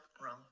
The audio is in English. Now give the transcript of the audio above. wrong